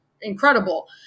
incredible